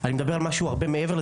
מדליית זהב הראשונה